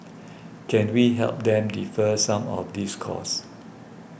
can we help them defer some of these costs